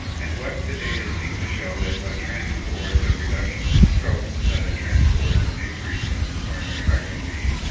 and what the data seem to show is a but trend towards a reduction in stroke but a trend toward an increase in coronary heart disease.